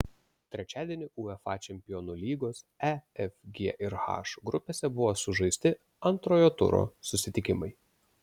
trečiadienį uefa čempionų lygos e f g ir h grupėse buvo sužaisti antrojo turo susitikimai